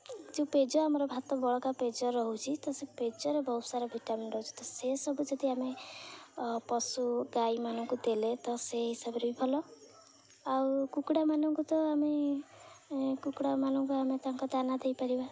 ଯେଉଁ ପେଜ ଆମର ଭାତ ବଳକା ପେଜ ରହୁଛି ତ ସେ ପେଜରେ ବହୁତ ସାରା ଭିଟାମିିନ ରହୁଛି ତ ସେସବୁ ଯଦି ଆମେ ପଶୁ ଗାଈମାନଙ୍କୁ ଦେଲେ ତ ସେ ହିସାବରେ ବି ଭଲ ଆଉ କୁକୁଡ଼ାମାନଙ୍କୁ ତ ଆମେ କୁକୁଡ଼ାମାନଙ୍କୁ ଆମେ ତାଙ୍କ ଦାନା ଦେଇପାରିବା